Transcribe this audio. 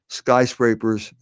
skyscrapers